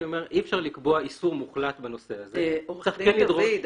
אני אומר שאי-אפשר לקבוע איסור מוחלט בנושא הזה --- עורך הדין דוד,